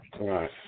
Right